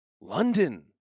London